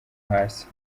hasi